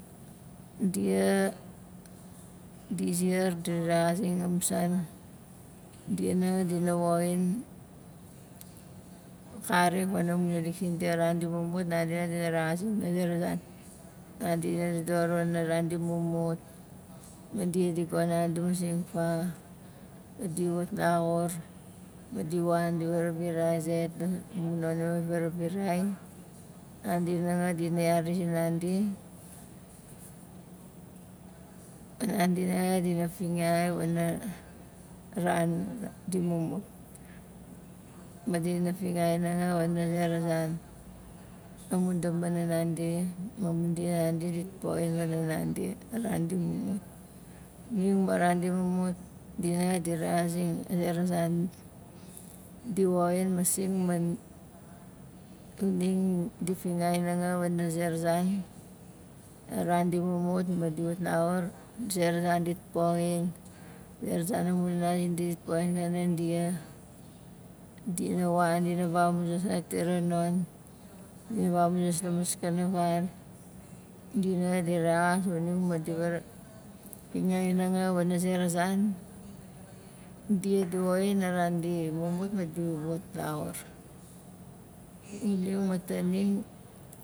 Dia di ziar di rexazing amu san dia hanga dina woxin karik wana mu naalik sindia a ran di mumut nandi nanga dina rexazing a zera zan nandi dina dodor wana a ran di mumut ma dia di gon nandi masing fa ma di wat laxur ma di wan di varavirai zait amu non iwana varaviraiang nandi nanga dina yari zinandi ma nandi nanga dina fingai wana ran di mumut ma dina fingai nanga wana a zera zan amu damanan nandi ma mu dinan nandi dit poxin faraxain nandi a ran di mumut xuning ma ran di mumut dia nanga di rexazing a zera zan di woxin masing man xuning di fingai nanga wana a zera zan a ran di mumut ma di wat laxur a zera zan dit poxin a zera zan amu nana zindi dit poxin panan dia dina wan dina vamuzaz zait tira non dina vamuzas la maskana val dia nanga di rexas xuning ma di vara fingai nanga wana zera zan dia di woxin a ran di mumut ma di wat laxur xuning ma taning